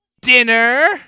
Dinner